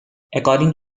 according